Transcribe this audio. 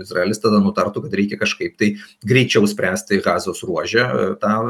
izraelis tada nutartų kad reikia kažkaip tai greičiau spręsti gazos ruože tą